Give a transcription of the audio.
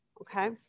Okay